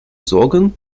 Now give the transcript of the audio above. sorgen